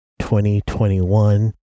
2021